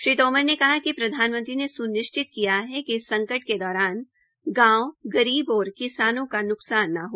श्री तोमर ने कहा कि प्रधानमंत्री ने सुनिश्चित किया है कि इस संकट के दौरान गांव गरीब और किसानों का न्कसान न हो